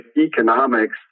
economics